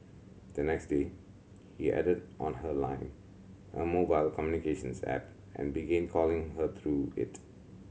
the next day he added on her Line a mobile communications app and began calling her through it